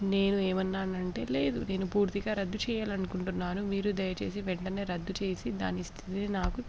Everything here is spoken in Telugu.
నేను ఏమన్నాను అంటే లేదు నేను పూర్తిగా రద్దు చేయాలి అనుకుంటున్నాను మీరు దయచేసి వెంటనే రద్దు చేసి దాని స్థితిని నాకు